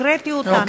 הקראתי אותן.